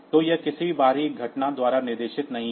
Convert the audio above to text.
तो यह किसी भी बाहरी घटना द्वारा निर्देशित नहीं है